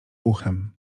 uchem